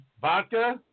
vodka